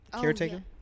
Caretaker